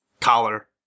collar